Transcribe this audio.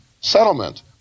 settlement